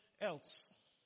else